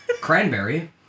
cranberry